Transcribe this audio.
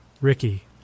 Ricky